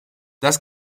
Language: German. das